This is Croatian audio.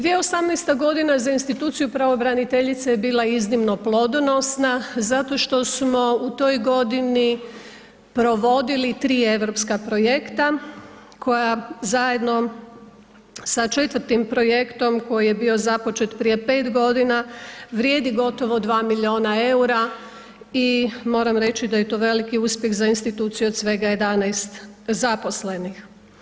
2018. g. za instituciju pravobraniteljice je bila iznimno plodonosna zato što smo u toj godini provodili 3 europska projekta koja zajedno sa 4. projektom koji je bio započet prije 5 g. vrijedi gotovo 2 milijuna eura i moram reći da je to veliki uspjeh za instituciju od svega 11 zaposlenih.